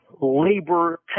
Labor